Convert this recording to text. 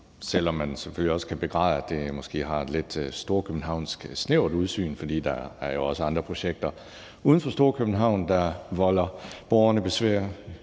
selv om man selvfølgelig også kan begræde, at det måske har et lidt storkøbenhavnsk, snævert udsyn, for der er jo også andre projekter uden for Storkøbenhavn, der volder borgerne besvær: